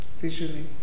visually